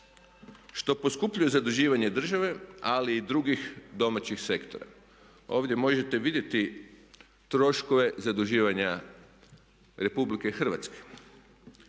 što poskupljuje zaduživanje države ali i drugih domaćih sektora. Ovdje možete vidjeti troškove zaduživanja Republike Hrvatske.